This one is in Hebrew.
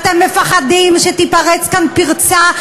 אתם מפחדים שתיפרץ כאן פרצה.